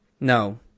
No